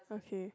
okay